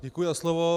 Děkuji za slovo.